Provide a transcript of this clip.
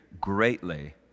greatly